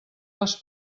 les